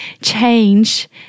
change